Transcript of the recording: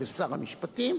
ושר המשפטים,